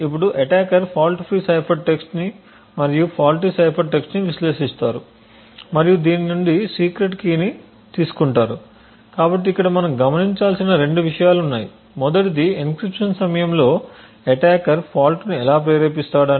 ఇప్పుడు attacker fault free cipher text ని మరియు ఫాల్టీ సైఫర్ టెక్స్ట్ ని విశ్లేషిస్తారు మరియు దీని నుండి సీక్రెట్ కీని తీసుకుంటారు కాబట్టి ఇక్కడ మనము గమనించాల్సిన రెండు విషయాలు ఉన్నాయి మొదటది ఎన్క్రిప్షన్ సమయంలో అటాకర్ ఫాల్ట్ ను ఎలా ప్రేరేపిస్తాడు